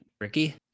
Ricky